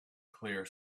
clear